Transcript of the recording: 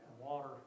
Water